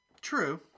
True